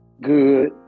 Good